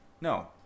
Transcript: no